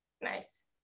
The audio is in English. Nice